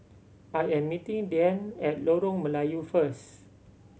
I am meeting Deane at Lorong Melayu first